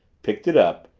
picked it up,